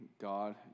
God